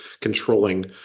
controlling